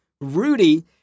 Rudy